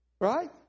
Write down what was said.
Right